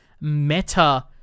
meta